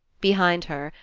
behind her,